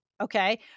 Okay